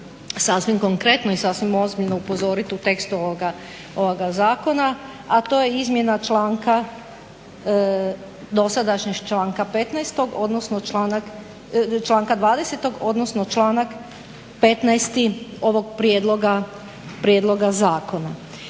sasvim konkretno i sasvim ozbiljno upozoriti u tekstu ovoga Zakona, a to je izmjena članka, dosadašnjeg članka 15. odnosno članka 20. odnosno članak 15. ovog Prijedloga zakona.